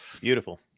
Beautiful